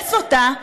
לסרס אותה,